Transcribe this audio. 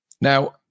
Now